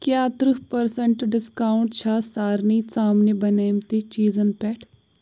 کیٛاہ ترٕٛہ percent discount چھا سارنٕے ژامنہِ بَنیمٕتی چیٖزن پٮ۪ٹھ